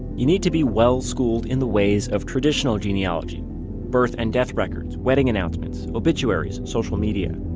you need to be well schooled in the ways of traditional genealogy birth and death records, wedding announcements, obituaries, social media.